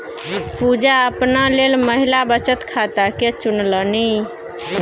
पुजा अपना लेल महिला बचत खाताकेँ चुनलनि